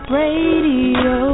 radio